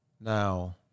now